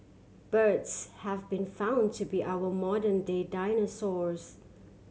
birds have been found to be our modern day dinosaurs